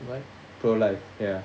what pro life ya